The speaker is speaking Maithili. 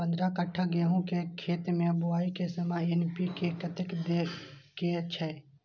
पंद्रह कट्ठा गेहूं के खेत मे बुआई के समय एन.पी.के कतेक दे के छे?